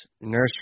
Nursery